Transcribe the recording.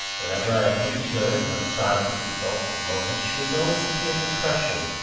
whenever i have looked at her in her silent and thoughtful moments, she has always appeared to freshen,